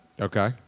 Okay